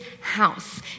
house